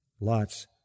lots